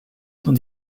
dans